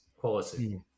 quality